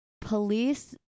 Police